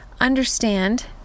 understand